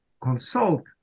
consult